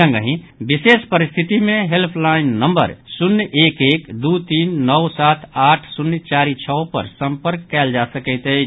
संगहि विशेष परिस्थिति मे हेल्पलाईन नम्बर शून्य एक एक दू तीन नओ सात आठ शून्य चारि छओ पर सम्पर्क कयल जा सकैत अछि